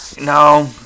no